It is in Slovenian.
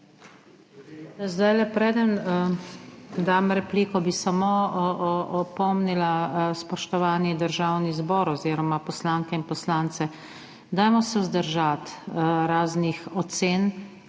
Zdajle, preden dam repliko, bi samo opomnila spoštovani Državni zbor oziroma poslanke in poslance. Dajmo se vzdržati raznih ocen